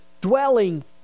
dwelling